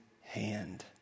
hand